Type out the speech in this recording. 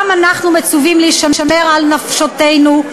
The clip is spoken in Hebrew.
גם אנחנו מצווים להישמר על נפשותינו,